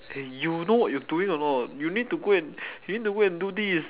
you know what you doing or not you need to go and you need to go and do this